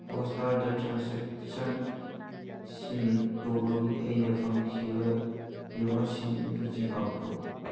ꯍꯣꯠꯏꯁꯇꯥꯔꯗ ꯇ꯭ꯔꯥꯟꯁꯦꯛꯁꯟꯁꯤꯡ ꯇꯧꯕꯒꯤ ꯑꯩꯅ ꯐꯪꯈꯤꯕ ꯔꯤꯋꯥꯔꯠꯁꯤꯡꯗꯨ ꯆꯦꯛ ꯑꯥꯎꯠ ꯇꯧ